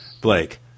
blake